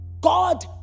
God